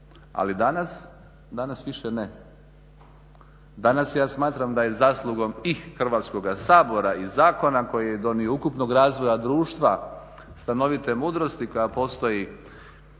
ali danas, danas više ne. Danas ja smatram da je zaslugom i Hrvatskoga sabora i zakona koji je donio, ukupnog razvoja društva, stanovite mudrosti koja postoji